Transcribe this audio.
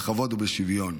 בכבוד ובשוויון.